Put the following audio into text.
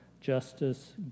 justice